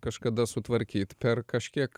kažkada sutvarkyt per kažkiek